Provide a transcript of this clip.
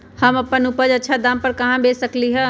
हम अपन उपज अच्छा दाम पर कहाँ बेच सकीले ह?